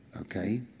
Okay